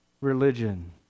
religion